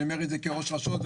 ואני אומר את זה כראש רשות,